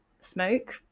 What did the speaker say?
smoke